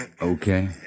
Okay